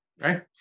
right